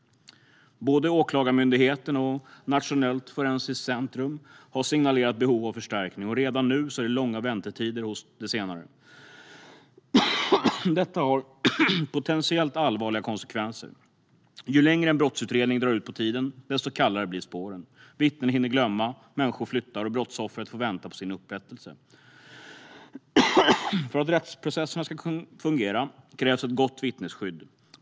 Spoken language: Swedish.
Både Åklagarmyndigheten och Nationellt forensiskt centrum har signalerat behov av förstärkning, och redan nu är det långa väntetider hos det senare. Detta har potentiellt allvarliga konsekvenser. Ju längre en brottsutredning drar ut på tiden, desto kallare blir spåren. Vittnen hinner glömma, människor flyttar och brottsoffret får vänta på sin upprättelse. För att rättsprocesserna ska kunna fungera krävs ett gott vittnesskydd.